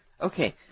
Okay